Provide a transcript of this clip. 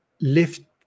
lift